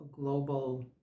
global